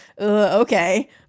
okay